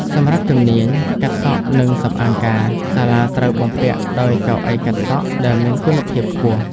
សម្រាប់ជំនាញ កាត់សក់និងសម្អាងការ សាលាត្រូវបំពាក់ដោយកៅអីកាត់សក់ដែលមានគុណភាពខ្ពស់។